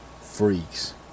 freaks